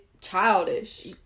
childish